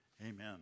Amen